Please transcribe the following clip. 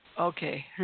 okay